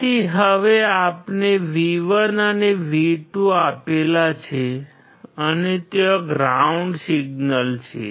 તેથી હવે આપણે V1 અને V2 આપેલા છે અને ત્યાં ગ્રાઉન્ડ સિગ્નલ છે